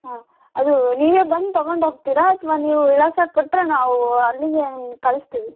ಹಾಂ ಅದು ನೀವೇ ಬಂದು ತಗೊಂಡೋಗ್ತೀರಾ ಅಥವಾ ನೀವು ವಿಳಾಸ ಕೊಟ್ಟರೆ ನಾವು ಅಲ್ಲಿಗೇ ನಿಮಗೆ ಕಳಿಸ್ತೀವಿ